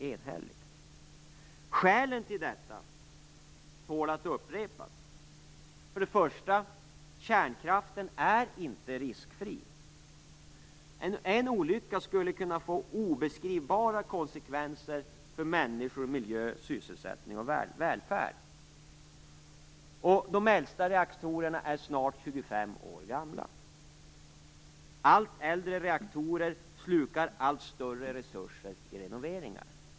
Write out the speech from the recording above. Skälen till detta tål att upprepas. För det första är kärnkraften inte riskfri. En olycka skulle kunna få obeskrivbara konsekvenser för människor och miljö, sysselsättning och välfärd. De äldsta reaktorerna är snart 25 år gamla. Allt äldre reaktorer slukar allt större resurser i renoveringar.